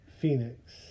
Phoenix